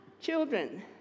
Children